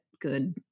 good